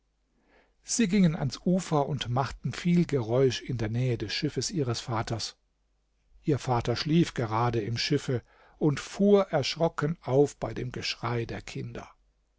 sie gingen ans ufer und machten viel geräusch in der nähe des schiffes ihres vaters ihr vater schlief gerade im schiffe und fuhr erschrocken auf bei dem geschrei der kinder